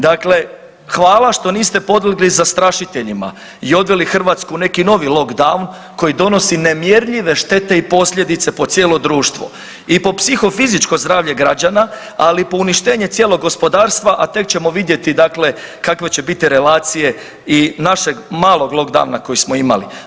Dakle, hvala što niste podlegli zastrašiteljima i odveli Hrvatsku u neki novi lockdown koji donosi nemjerljive štete i posljedice po cijelo društvo i po psihofizičko zdravlje građana, ali i po uništenje cijelog gospodarstva, a tek ćemo vidjeti dakle kakve će biti relacije i našeg malog lockdowna koji smo imali.